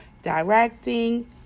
Directing